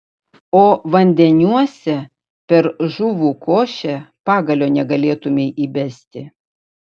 o vandeniuose per žuvų košę pagalio negalėtumei įbesti